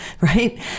right